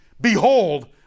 Behold